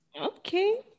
Okay